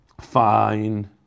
Fine